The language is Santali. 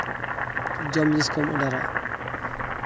ᱡᱚᱢ ᱡᱤᱱᱤᱥ ᱠᱚᱢ ᱚᱰᱟᱨᱟ